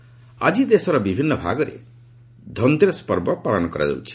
ଧନତେରସ ଆକି ଦେଶର ବିଭିନ୍ନ ଭାଗରେ ଧନତେରସ ପର୍ବ ପାଳନ କରାଯାଉଛି